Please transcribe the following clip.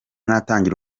natangira